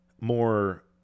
More